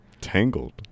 tangled